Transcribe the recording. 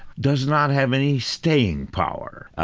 does not have any staying power.